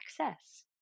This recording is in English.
access